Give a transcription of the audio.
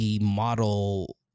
model